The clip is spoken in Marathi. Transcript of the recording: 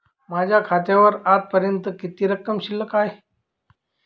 माझ्या खात्यावर आजपर्यंत किती रक्कम शिल्लक आहे?